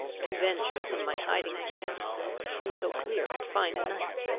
to venture from my hiding-place in so clear and fine a night.